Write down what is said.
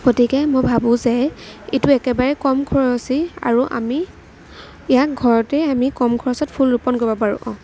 গতিকে মই ভাবোঁ যে এইটো একেবাৰে কম খৰচী আৰু আমি ইয়াক ঘৰতে আমি কম খৰচত ফুল ৰোপণ কৰিব পাৰোঁ